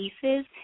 Pieces